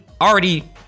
already